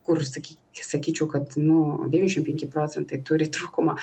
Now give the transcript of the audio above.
kur sakyk sakyčiau kad nu devyniasdešim penki procentai turi trūkumą